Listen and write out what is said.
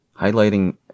Highlighting